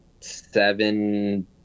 seven